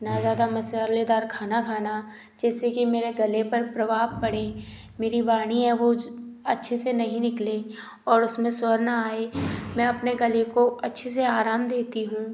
न ज़्यादा मसालेदार खाना खाना जिससे कि मेरे गले पर प्रभाव पड़े मेरी वाणी है वो अच्छे से नहीं निकले और उसमें स्वर ना आए मैं अपने गले को अच्छे से आराम देती हूँ